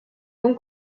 con